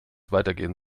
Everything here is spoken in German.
weitergehen